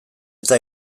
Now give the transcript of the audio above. eta